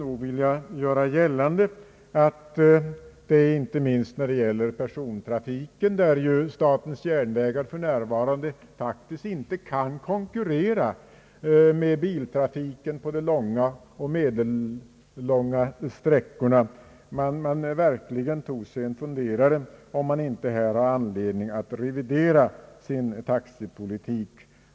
Jag skulle vilja rekommendera att man, inte minst när det gäller persontrafiken — där statens järnvägar för närvarande faktiskt inte kan konkurrera med biltrafiken på de långa och medellånga sträckorna verkligen tog sig en funderare på om man inte här har anledning att revidera sin taxepolitik.